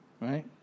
Right